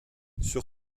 sur